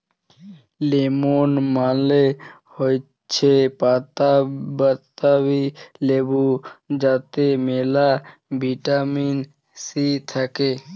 lemon মালে হৈচ্যে পাতাবি লেবু যাতে মেলা ভিটামিন সি থাক্যে